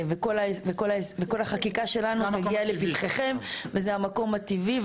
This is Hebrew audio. כל החקיקה שלנו תגיע לפתחכם וזה המקום הטבעי.